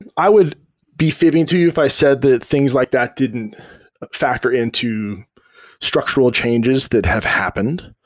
and i would be fi bbing to you if i said that things like that didn't factor into structural changes that have happened.